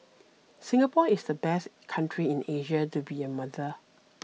Singapore is the best country in Asia to be a mother